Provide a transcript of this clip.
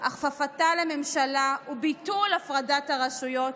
הכפפתה לממשלה וביטול הפרדת הרשויות,